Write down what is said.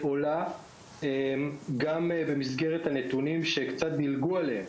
וגם במסגרת הנתונים שקצת דלגו עליהם.